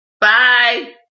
Bye